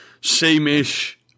same-ish